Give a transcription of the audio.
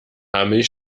milch